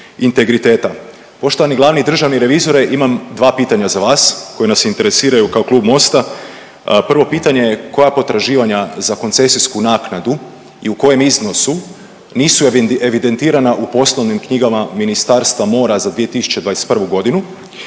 integriteta. Poštovani glavni državni revizore imam dva pitanja za vas koja nas interesiraju kao Klub MOST-a. Prvo pitanje je koja potraživanja za koncesijsku naknadu i u kojem iznosu nisu evidentirana u poslovnik knjigama Ministarstva mora za 2021. godinu?